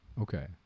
Okay